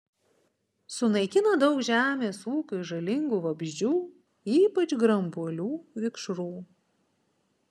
sunaikina daug žemės ūkiui žalingų vabzdžių ypač grambuolių vikšrų